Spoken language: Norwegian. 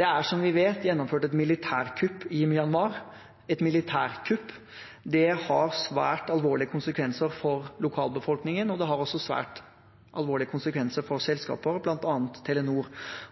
Det er, som vi vet, gjennomført et militærkupp i Myanmar. Et militærkupp har svært alvorlige konsekvenser for lokalbefolkningen, og det har også svært alvorlige konsekvenser for selskaper, bl.a. Telenor.